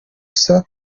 usa